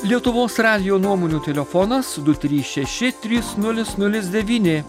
lietuvos radijo nuomonių telefonas su du trys šeši trys nulis nulis devyni